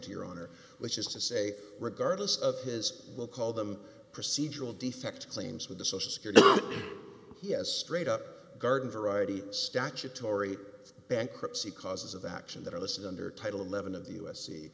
to your honor which is to say regardless of his will call them procedural defects claims with the social security he has straight up garden variety statutory bankruptcy causes of action that are listed under title eleven of